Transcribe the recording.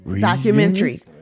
Documentary